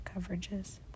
coverages